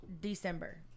December